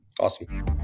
Awesome